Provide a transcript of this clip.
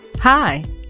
Hi